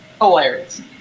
Hilarious